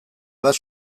bat